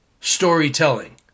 Storytelling